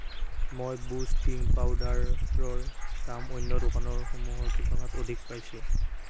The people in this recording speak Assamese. মই বুষ্ট ড্ৰিংক পাউদাৰৰ দাম অন্য দোকানৰ সমূহৰ তুলনাত অধিক পাইছোঁ